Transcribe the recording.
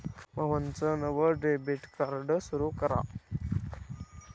मोहनचं नवं debit card सुरू करा